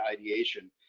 ideation